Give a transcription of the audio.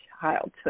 childhood